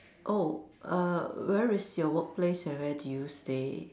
oh err where is your workplace and where do you stay